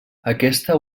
aquesta